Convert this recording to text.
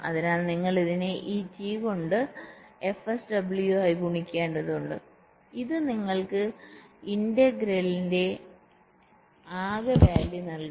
അതിനാൽ നിങ്ങൾ ഇതിനെ ഈ T കൊണ്ട് fSW ആയി ഗുണിക്കേണ്ടതുണ്ട് ഇത് നിങ്ങൾക്ക് ഇന്റഗ്രേറ്റ്ന്റെ ആകെ വാല്യൂ നൽകും